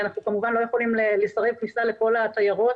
אנחנו כמובן לא יכולים לסרב כניסה לכל התיירות